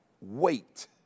wait